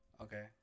okay